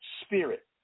spirit